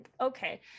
okay